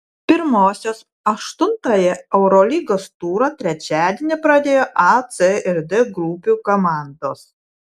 pirmosios aštuntąjį eurolygos turą trečiadienį pradėjo a c ir d grupių komandos